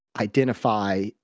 identify